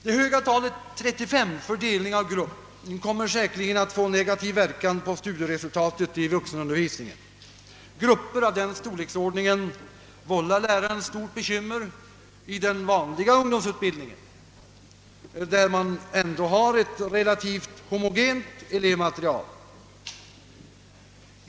Det höga talet 35 för delning av grupp kommer säkerligen att få negativ verkan på studieresultatet i vuxenundervisningen. Grupper av den storleksordningen vållar läraren stort bekymmer i den vanliga ungdomsutbildningen, där man ändå har ett relativt homogent elevmaterial.